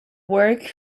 work